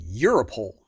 Europol